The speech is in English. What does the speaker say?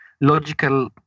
logical